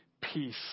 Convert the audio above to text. peace